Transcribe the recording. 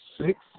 six